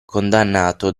condannato